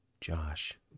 josh